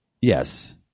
Yes